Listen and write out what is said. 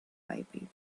vibrating